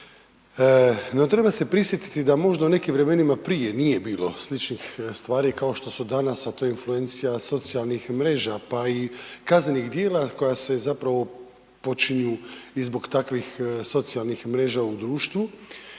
No, treba se prisjetiti da možda u nekim vremenima prije nije bilo sličnih stvari kao što su danas, a to je influencija socijalnih mreža, pa i kaznenih djela koja se zapravo počinju i zbog takvih socijalnih mreža u društvu